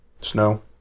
Snow